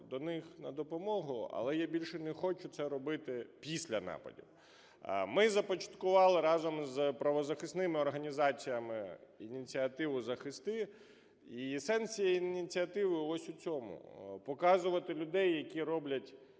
до них на допомогу, але я більше не хочу це робити після нападів. Ми започаткували разом з правозахисними організаціями ініціативу "Захисти". І сенс цієї ініціативи ось у цьому – показувати людей, які роблять